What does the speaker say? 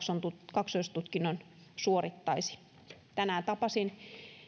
kaksoistutkinnon suorittaisi tänään tapasin